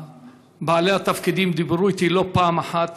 בעלי התפקידים דיברו אתי לא פעם אחת